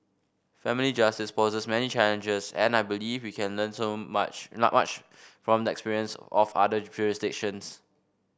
family justice poses many challenges and I believe we can learn so much not much from the experience of other jurisdictions